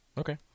Okay